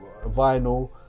vinyl